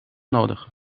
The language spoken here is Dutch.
nodig